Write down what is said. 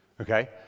Okay